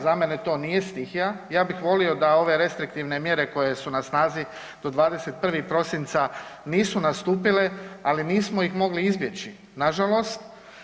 Za mene to nije stihija, ja bih volio da ove restriktivne mjere koje su na snazi do 21. prosinca nisu nastupile, ali nismo ih mogli izbjeći nažalost.